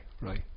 right